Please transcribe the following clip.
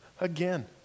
Again